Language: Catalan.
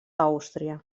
àustria